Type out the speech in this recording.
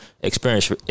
experience